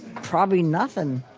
probably nothing.